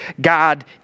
God